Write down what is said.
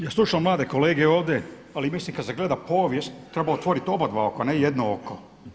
Ja slušam mlade kolege ovdje, ali mislim kad se gleda povijest treba otvoriti oba dva oka, ne jedno oko.